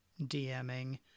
DMing